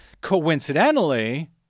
Coincidentally